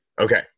Okay